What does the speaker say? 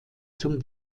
zum